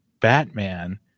Batman